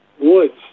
woods